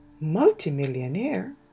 multimillionaire